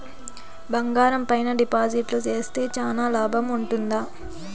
బంగారం పైన డిపాజిట్లు సేస్తే చానా లాభం ఉంటుందా?